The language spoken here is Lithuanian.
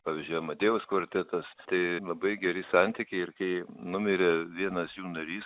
pavyzdžiui amadėjaus kvartetas tai labai geri santykiai ir kai numirė vienas jų narys